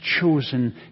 chosen